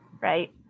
right